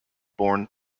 born